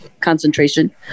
concentration